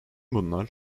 bunlar